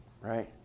right